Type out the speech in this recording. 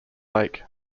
lake